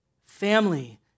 Family